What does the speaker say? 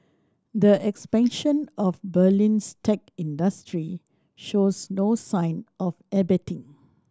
the expansion of Berlin's tech industry shows no sign of abating